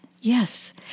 Yes